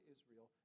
Israel